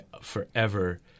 forever